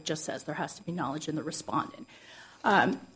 it just says there has to be knowledge in the respondent